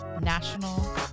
national